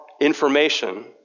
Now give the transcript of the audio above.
information